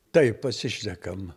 taip pasišnekam